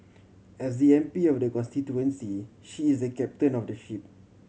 as the M P of the constituency she is the captain of the ship